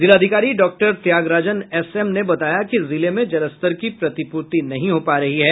जिलाधिकारी डॉ Tyagarajan S M ने बताया कि जिले में जल स्तर की प्रतिपूर्ति नहीं हो पा रही है